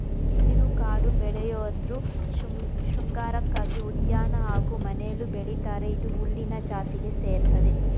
ಬಿದಿರು ಕಾಡುಬೆಳೆಯಾಧ್ರು ಶೃಂಗಾರಕ್ಕಾಗಿ ಉದ್ಯಾನ ಹಾಗೂ ಮನೆಲೂ ಬೆಳಿತರೆ ಇದು ಹುಲ್ಲಿನ ಜಾತಿಗೆ ಸೇರಯ್ತೆ